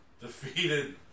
Defeated